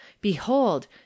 behold